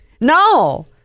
no